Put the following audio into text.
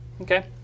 Okay